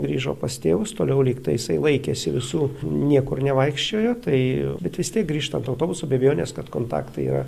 grįžo pas tėvus toliau lygtai jisai laikėsi visų niekur nevaikščiojo tai bet vis tiek grįžtant autobusu be abejonės kad kontaktai yra